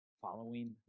following